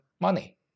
money